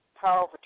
power